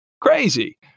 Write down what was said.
Crazy